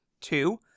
two